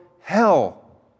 hell